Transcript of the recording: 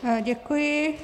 Děkuji.